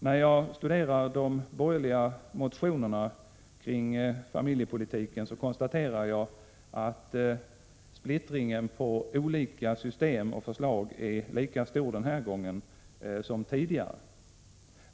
När jag studerar de borgerliga motionerna beträffande familjepolitiken konstaterar jag att splittringen på olika system och förslag är lika stor denna gång som tidigare.